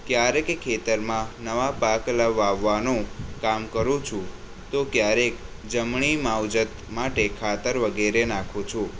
ક્યારેક ખેતરમાં નવા પાક લાવવાનું કામ કરું છું તો ક્યારેક જમણી માવજત માટે ખાતર વગેરે નાખું છું